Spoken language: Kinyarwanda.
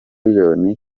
miliyoni